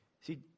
See